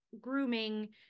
grooming